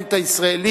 הפרלמנט הישראלי,